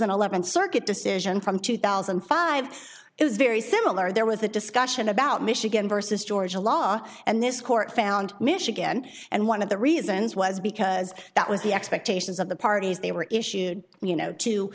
an eleventh circuit decision from two thousand and five it was very similar there was a discussion about michigan versus georgia law and this court found michigan and one of the reasons was because that was the expectations of the parties they were issued you know to